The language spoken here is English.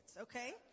okay